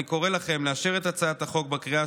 אני קורא לכם לאשר את הצעת החוק בקריאה